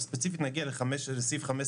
אבל ספציפית נגיע לסעיף 15,